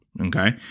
Okay